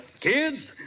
Kids